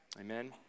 Amen